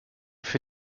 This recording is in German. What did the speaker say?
für